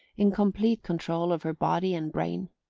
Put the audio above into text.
in complete control of her body and brain.